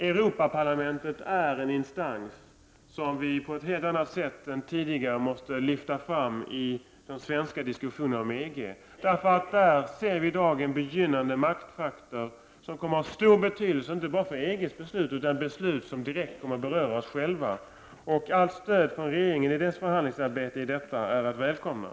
Europaparlamentet är en instans som vi på ett helt annat sätt än tidigare måste lyfta fram i de svenska diskussionerna med EG — där ser vi i dag en begynnande maktfaktor som kommer att ha stor betydelse, inte bara för EG:s beslut utan för beslut som direkt kommer att beröra oss själva. Allt stöd från regeringen i dess förhandlingsarbete i det avseendet är välkommet.